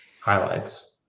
highlights